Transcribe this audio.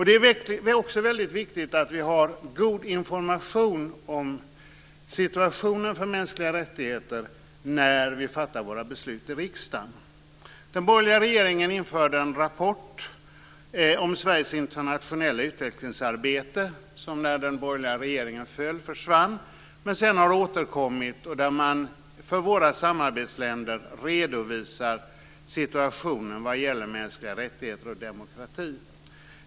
Det är också väldigt viktigt att vi har god information om situationen för mänskliga rättigheter när vi fattar våra beslut i riksdagen. Den borgerliga regeringen införde en rapport om Sveriges internationella utvecklingsarbete. Den försvann när den borgerliga regeringen föll men har sedan återkommit. Där redovisar man situationen för våra samarbetsländer vad gäller mänskliga rättigheter och demokrati.